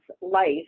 life